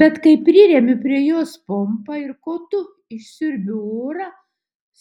bet kai priremiu prie jos pompą ir kotu išsiurbiu orą